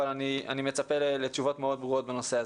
אבל אני מצפה לתשובות מאוד ברורות בנושא הזה.